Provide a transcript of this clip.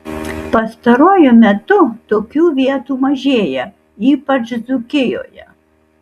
pastaruoju metu tokių vietų mažėja ypač dzūkijoje